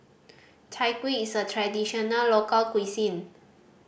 Chai Kuih is a traditional local cuisine